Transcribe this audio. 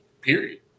Period